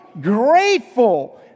grateful